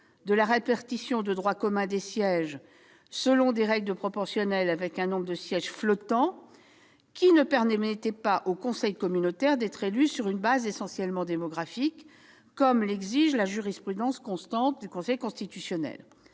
de la répartition de droit commun des sièges selon des règles de représentation proportionnelle avec un nombre de sièges flottant qui ne permettaient pas l'élection des conseils communautaires sur une base essentiellement démographique, comme l'exige la jurisprudence constante du Conseil constitutionnel.